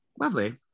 Lovely